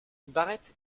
barrett